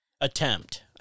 attempt